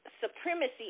supremacy